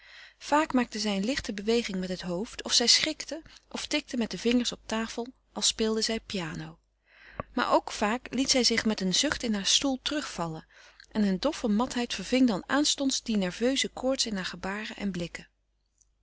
vaak maakte zij een lichte beweging met het hoofd of zij schrikte of tikte met de vingers op tafel als speelde zij piano maar ook vaak liet zij zich met een zucht in haren stoel terugvallen en eene doffe matheid verving dan aanstonds die nerveuze koorts in hare gebaren en blikken